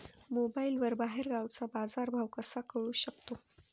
मोबाईलवर बाहेरगावचा बाजारभाव कसा कळू शकतो?